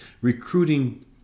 recruiting